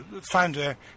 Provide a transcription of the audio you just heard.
founder